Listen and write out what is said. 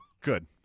good